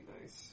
nice